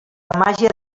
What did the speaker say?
màgia